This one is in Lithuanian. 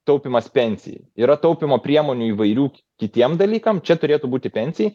taupymas pensijai yra taupymo priemonių įvairių kitiem dalykam čia turėtų būti pensijai